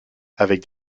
avec